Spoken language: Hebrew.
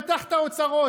פתח את האוצרות,